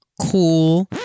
Cool